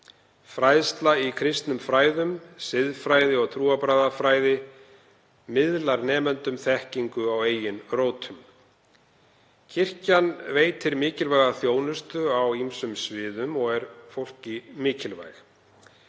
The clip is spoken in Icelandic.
Fræðsla í kristnum fræðum, siðfræði og trúarbragðafræði miðlar nemendum þekkingu á eigin rótum. Kirkjan veitir mikilvæga þjónustu á ýmsum sviðum og er fólki mikilvæg.